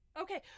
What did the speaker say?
Okay